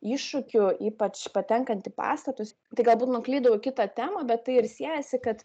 iššūkių ypač patenkant į pastatus tai galbūt nuklydau į kitą temą bet tai ir siejasi kad